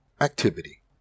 Activity